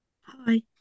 hi